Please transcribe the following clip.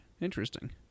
Interesting